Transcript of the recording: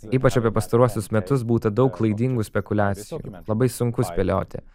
ypač apie pastaruosius metus būta daug klaidingų spekuliacijų labai sunku spėlioti